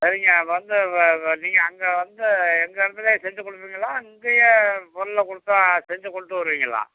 சரிங்க வந்து வ வ நீங்கள் அங்கே வந்து எங்கள் இடத்துலயே செஞ்சு கொடுப்பீங்களா இங்கேயே பொருளை கொடுத்தா செஞ்சு கொடுத்து விட்றீங்களா